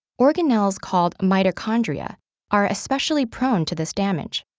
organelles called mitochondria are especially prone to this damage.